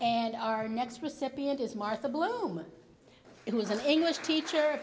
and our next recipient is martha bloom it was an english teacher